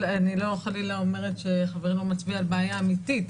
אני לא חלילה אומרת שחברנו לא מצביע על בעיה אמיתית,